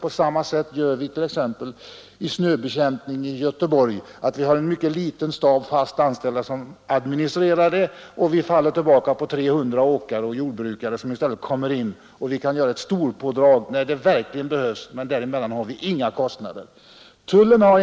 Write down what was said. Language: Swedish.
På samma sätt gör vi t.ex. när det gäller snöröjningen i Göteborg — vi har en mycket liten stab fast anställda som administrerar det hela, och därutöver faller vi tillbaka på 300 åkare och jordbrukare. Vi kan göra ett stort pådrag när det verkligen behövs, men däremellan har vi inga eller mycket små kostnader.